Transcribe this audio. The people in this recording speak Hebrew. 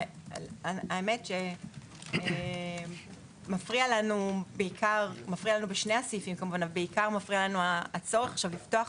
האמת שבעיקר מפריע לנו הצורך לפתוח